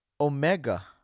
Omega